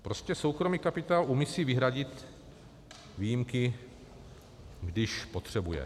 Prostě soukromý kapitál si umí vyhradit výjimky, když potřebuje.